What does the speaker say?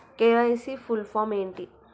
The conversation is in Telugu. కే.వై.సీ ఫుల్ ఫామ్ ఏంటి?